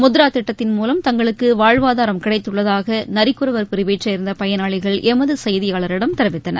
முத்ரா திட்டத்தின் மூலம் தங்களுக்கு வாழ்வாதாரம் கிடைத்துள்ளதாக நரிக்குறவர் பிரிவைச் சேர்ந்த பயனாளிகள் எமது செய்தியாளரிடம் தெரிவித்தனர்